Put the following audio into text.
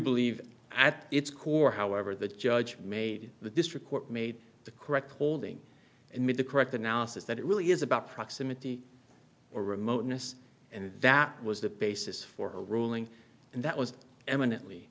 believe at its core however the judge made the district court made the correct holding and made the correct analysis that it really is about proximity or remoteness and that was the basis for her ruling and that was eminently